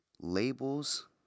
labels